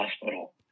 hospital